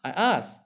I asked